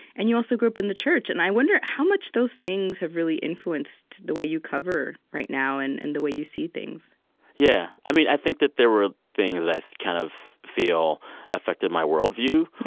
and you also grew up in the church. and i wonder how much those things have really influenced the way you cover right now and and the way you see things yeah, i mean i think that there were things that i kind of feel affected my worldview.